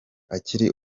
akiri